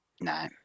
No